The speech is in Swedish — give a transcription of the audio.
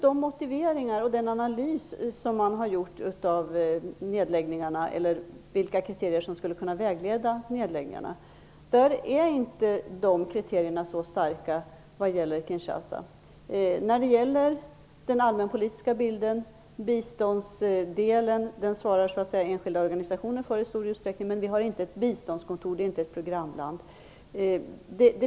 De motiveringar och den analys som man har gjort av de kriterier som skulle kunna vägleda beträffande nedläggningarna visar att kriterierna för ett behållande inte är så starka när det gäller Kinshasa. När det gäller den allmänpolitiska delen svarar i stor utsträckning enskilda organisationer för biståndet. Vi har inte något biståndskontor där, och Zaire är inte ett programland.